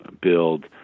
build